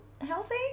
healthy